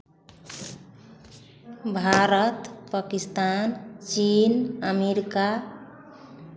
भारत पकिस्तान चीन अमेरिका